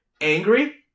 angry